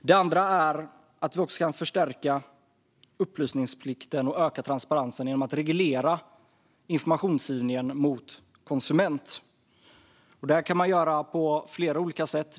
Det andra är att stärka upplysningsplikten och öka transparensen genom att reglera informationsgivningen till konsumenten. Det kan man göra på flera olika sätt.